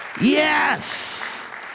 Yes